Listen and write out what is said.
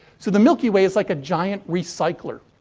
so, the milky way is like a giant recycler.